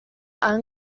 are